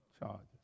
charges